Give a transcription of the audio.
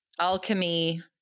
alchemy